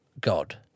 God